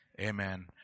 Amen